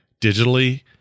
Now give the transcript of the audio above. digitally